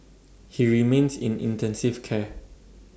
he remains in intensive care